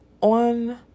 on